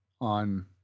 on